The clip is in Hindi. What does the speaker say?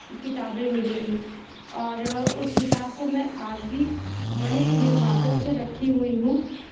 किताबें मिलेगी और उस किताब को मैं आज भी बड़े हिफ़ाज़त से रखी हुई हूँ